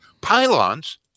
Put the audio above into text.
pylons